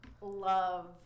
love